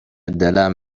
دلم